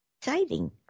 exciting